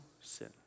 sin